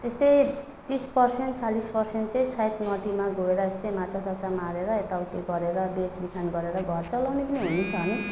त्यस्तै तिस पर्सेन्ट चालिस पर्सेन्ट चाहिँ सायद नदीमा गएर यस्तै माछासाछा मारेर यताउती गरेर बेचबिखन गरेर घर चलाउने पनि हुन्छन्